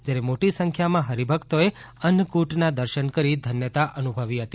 જયારે મોટી સંખ્યામાં હરિભકતોએ અન્નકુટના દર્શન કરી ધન્યતા અનુભવી હતી